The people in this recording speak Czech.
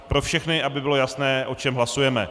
Pro všechny, aby bylo jasné, o čem hlasujeme.